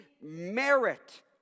merit